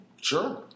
Sure